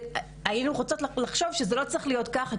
היינו רוצות לחשוב שזה לא צריך להיות ככה,